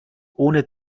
ohne